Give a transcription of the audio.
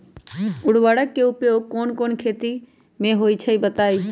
उर्वरक के उपयोग कौन कौन खेती मे होई छई बताई?